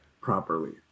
properly